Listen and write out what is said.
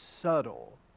subtle